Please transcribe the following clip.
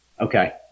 Okay